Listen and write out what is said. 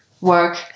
work